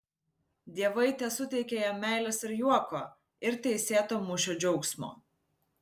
dievai tesuteikia jam meilės ir juoko ir teisėto mūšio džiaugsmo